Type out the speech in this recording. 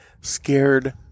Scared